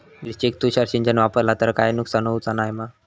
मिरचेक तुषार सिंचन वापरला तर काय नुकसान होऊचा नाय मा?